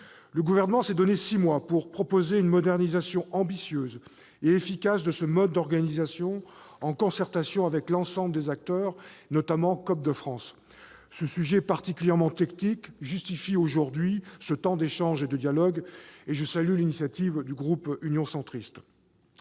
Le Gouvernement s'est donné six mois pour proposer une modernisation ambitieuse et efficace de ce mode d'organisation, en concertation avec l'ensemble des acteurs, notamment Coop de France. Ce sujet particulièrement technique justifie aujourd'hui ce temps d'échange et de dialogue, et je salue l'initiative du groupe Union Centriste.